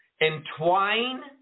entwine